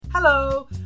Hello